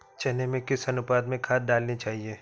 चने में किस अनुपात में खाद डालनी चाहिए?